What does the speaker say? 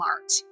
art